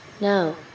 No